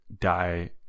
die